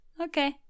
okay